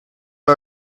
are